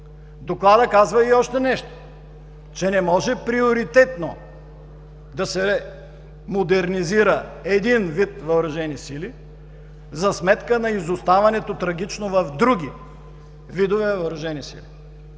Докладът казва и още нещо – че не може приоритетно да се модернизира един вид въоръжени сили за сметка на трагичното изоставане в други видове въоръжени сили.